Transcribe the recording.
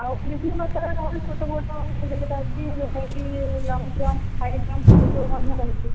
ଆଉ ବିଭିନ୍ନ ପ୍ରକାର ଛୋଟ ମୋଟ ପ୍ରତିଯୋଗିତା ଅଛି ଯେଉଁଟା କି ଲଙ୍ଗ ଜମ୍ପ ହାଇ ଜମ୍ପ ସେସବୁ ମଧ୍ୟ ରହିଛି